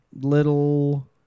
little